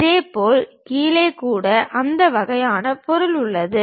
இதேபோல் கீழே கூட அந்த வகையான பொருள் உள்ளது